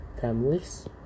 families